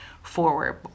Forward